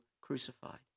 crucified